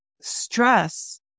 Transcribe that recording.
stress